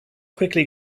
quickly